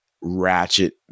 ratchet